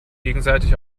gegenseitig